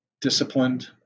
disciplined